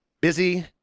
busy